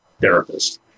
therapist